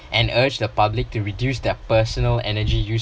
and urge the public to reduce their personal energy use